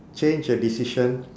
change a decision